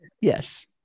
yes